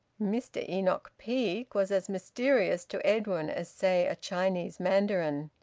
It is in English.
mr enoch peake was as mysterious to edwin as, say, a chinese mandarin!